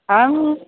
اَو